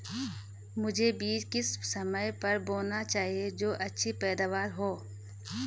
मुझे बीज किस समय पर बोना चाहिए जो अच्छी पैदावार हो?